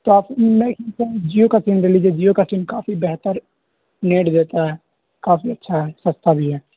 تو آپ میں جیو کا سیم لے لیجیے جیو کا سین کافی بہتر نیٹ دیتا ہے کافی اچھا ہے سستا بھی ہے